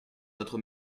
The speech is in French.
notre